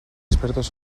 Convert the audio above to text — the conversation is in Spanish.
expertos